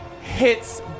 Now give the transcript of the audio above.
hits